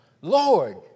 Lord